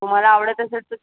तुम्हाला आवडत असेल तर